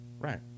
right